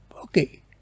Okay